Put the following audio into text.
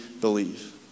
believe